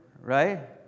right